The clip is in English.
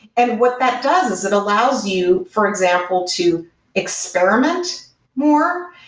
and what that does is it allows you, for example, to experiment more.